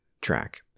track